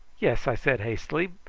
yes, i said hastily.